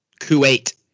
Kuwait